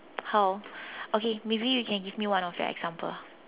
how okay maybe you can give me one of your example